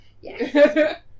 Yes